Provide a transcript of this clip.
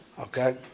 Okay